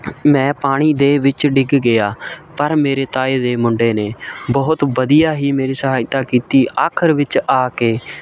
ਮੈਂ ਪਾਣੀ ਦੇ ਵਿੱਚ ਡਿੱਗ ਗਿਆ ਪਰ ਮੇਰੇ ਤਾਏ ਦੇ ਮੁੰਡੇ ਨੇ ਬਹੁਤ ਵਧੀਆ ਹੀ ਮੇਰੀ ਸਹਾਇਤਾ ਕੀਤੀ ਆਖਰ ਵਿੱਚ ਆ ਕੇ